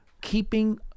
keeping